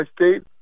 state